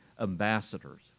ambassadors